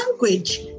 language